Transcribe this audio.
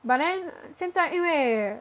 but then 现在因为